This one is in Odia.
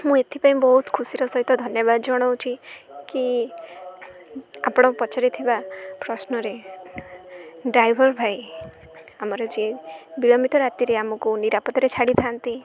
ମୁଁ ଏଥିପାଇଁ ବହୁତ ଖୁସିର ସହିତ ଧନ୍ୟବାଦ ଜଣଉଛି କି ଆପଣ ପଚାରିଥିବା ପ୍ରଶ୍ନରେ ଡ୍ରାଇଭର୍ ଭାଇ ଆମର ଯିଏ ବିଳମ୍ବିତ ରାତିରେ ଆମକୁ ନିରାପଦରେ ଛାଡ଼ିଥାନ୍ତି